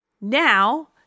Now